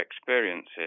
experiences